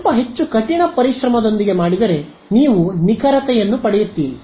ಸ್ವಲ್ಪ ಹೆಚ್ಚು ಕಠಿಣ ಪರಿಶ್ರಮದೊಂದಿಗೆ ಮಾಡಿದರೆ ನೀವು ನಿಖರತೆಯನ್ನು ಪಡೆಯುತ್ತೀರಿ